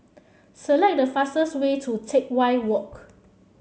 select the fastest way to Teck Whye Walk